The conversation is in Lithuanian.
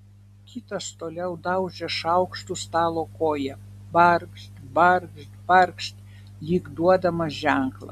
kitas toliau daužė šaukštu stalo koją barkšt barkšt barkšt lyg duodamas ženklą